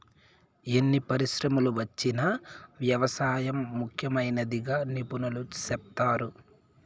ఎన్ని పరిశ్రమలు వచ్చినా వ్యవసాయం ముఖ్యమైనదిగా నిపుణులు సెప్తారు